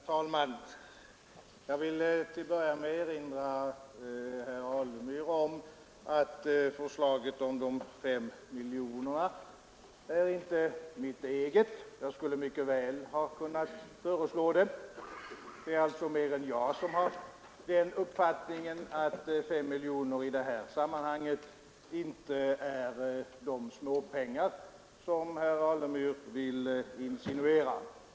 Herr talman! Till att börja med vill jag erinra herr Alemyr om att förslaget om de 5 miljoner kronorna inte är mitt eget. Det skulle mycket väl ha kunnat vara mitt förslag, men här har alltså fler än jag varit av den uppfattningen att 5 miljoner i detta sammanhang inte är de småpengar som herr Alemyr vill insinuera.